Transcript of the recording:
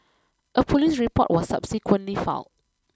a police report was subsequently filed